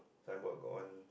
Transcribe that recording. signboard got one